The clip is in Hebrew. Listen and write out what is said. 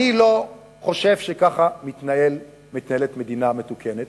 אני לא חושב שככה מתנהלת מדינה מתוקנת.